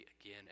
again